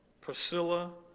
Priscilla